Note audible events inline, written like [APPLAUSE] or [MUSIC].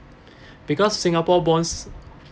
[BREATH] because singapore bonds